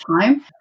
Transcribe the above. time